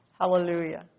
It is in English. Hallelujah